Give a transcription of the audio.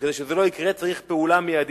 כדי שלא יקרה, צריך פעולה מיידית.